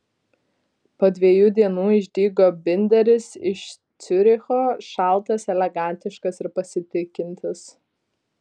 po dviejų dienų išdygo binderis iš ciuricho šaltas elegantiškas ir pasitikintis